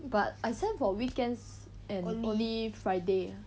but I send for weekends and only friday